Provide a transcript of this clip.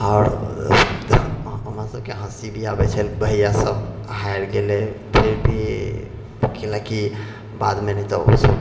आओर हमरा सबके हँसी भी आबै छल भैआसब हारि गेलै फिर कएले कि भी बादमे नइ तऽ ओसब